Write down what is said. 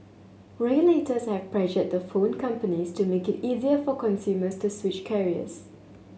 regulators have pressured the phone companies to make it easier for consumers to switch carriers